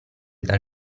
dal